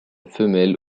femelle